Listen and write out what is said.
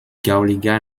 gauliga